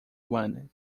wanted